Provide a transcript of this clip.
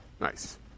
nice